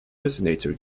resonator